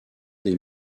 des